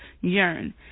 yearn